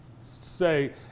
say